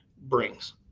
brings